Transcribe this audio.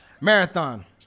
Marathon